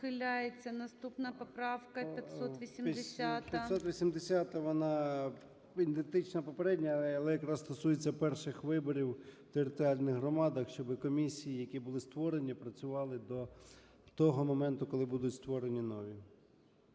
Наступна поправка 580-а.